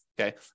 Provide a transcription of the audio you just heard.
okay